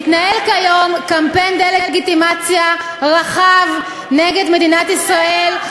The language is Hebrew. מתנהל כיום קמפיין דה-לגיטימציה רחב נגד מדינת ישראל,